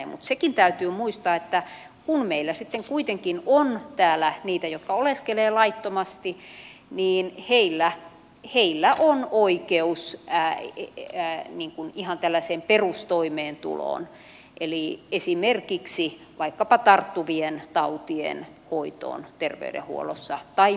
mutta sekin täytyy muistaa että kun meillä sitten kuitenkin on täällä niitä jotka oleskelevat laittomasti niin heillä on kuin kiusa äiti vielä ei niin oikeus ihan tällaiseen perustoimeentuloon eli esimerkiksi tarttuvien tautien hoitoon terveydenhuollossa tai päivystyspalveluihin